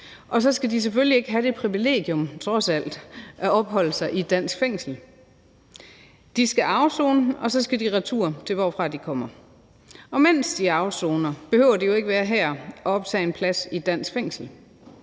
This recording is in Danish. og så skal de selvfølgelig ikke have det privilegium, trods alt, at opholde sig i et dansk fængsel. De skal afsone, og så skal de retur til, hvorfra de kommer. Mens de afsoner, behøver de jo ikke at være her og optage en plads i et dansk fængsel.